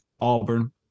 Auburn